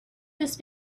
these